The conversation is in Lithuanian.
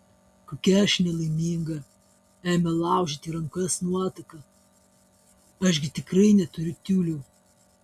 kokia aš nelaiminga ėmė laužyti rankas nuotaka aš gi tikrai neturiu tiulių